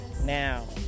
now